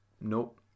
nope